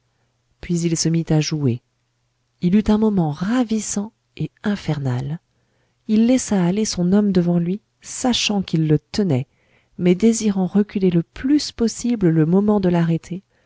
puis il se mit à jouer il eut un moment ravissant et infernal il laissa aller son homme devant lui sachant qu'il le tenait mais désirant reculer le plus possible le moment de l'arrêter